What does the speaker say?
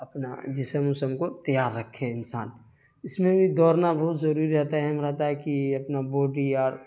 اپنا جسم وسم کو تیار رکھے انسان اس میں بھی دوڑنا بہت ضروری رہتا ہے اہم رہتا ہے کہ اپنا باڈی اور